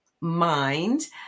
mind